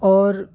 اور